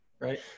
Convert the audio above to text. Right